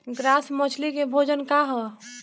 Grass मछली के भोजन का ह?